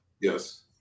Yes